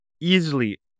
Easily